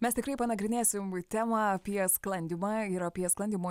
mes tikrai panagrinėsim temą apie sklandymą ir apie sklandymo